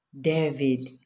David